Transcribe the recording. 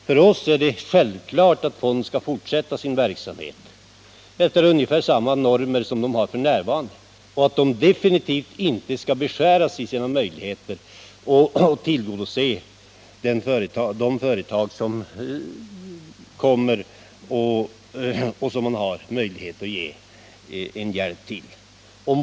För oss är det självklart att fonden skall fortsätta sin verksamhet, efter ungefär samma normer som den har f. n., och att dess möjligheter att tillgodose de företag som den hjälper definitivt inte skall beskäras.